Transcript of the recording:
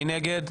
מי נגד?